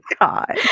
God